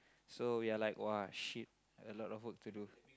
so we are like !wah! shit a lot of work to do